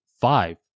five